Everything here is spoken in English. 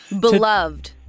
Beloved